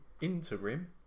interim